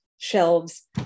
shelves